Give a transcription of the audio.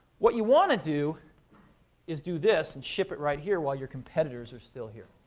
what you want to do is do this, and ship it right here while your competitors are still here.